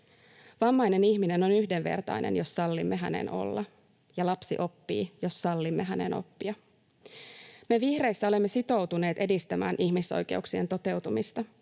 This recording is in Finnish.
Vammainen ihminen on yhdenvertainen, jos sallimme hänen olla. Lapsi oppii, jos sallimme hänen oppia. Me vihreissä olemme sitoutuneet edistämään ihmisoikeuksien toteutumista.